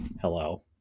Hello